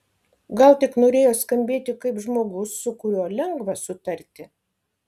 gal tik norėjo skambėti kaip žmogus su kuriuo lengva sutarti